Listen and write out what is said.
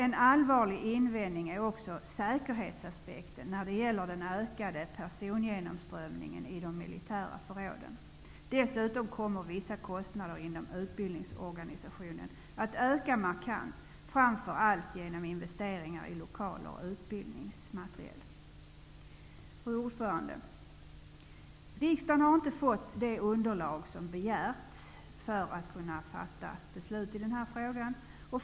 En allvarlig invändning är också säkerhetsaspekten när det gäller den ökade persongenomströmningen i de militära förråden. Dessutom kommer vissa kostnader inom utbildningsorganisationen att öka markant, framför allt genom investeringar i lokaler och utbildningsmateriel. Fru talman! Riksdagen har inte fått det underlag som begärts för att kunna fatta beslut i den här frågan.